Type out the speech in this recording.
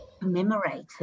commemorated